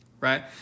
right